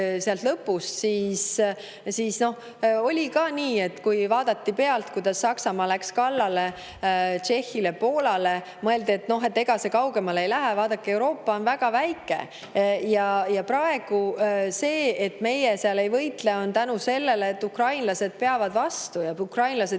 Siis oli ka nii, et vaadati pealt, kuidas Saksamaa läks kallale Tšehhile ja Poolale, ja mõeldi, et ega see kaugemale ei lähe. Vaadake, Euroopa on väga väike ja see, et meie praegu ei võitle, on tänu sellele, et ukrainlased peavad vastu ja ukrainlased